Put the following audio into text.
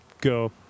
go